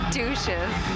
douches